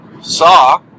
Saw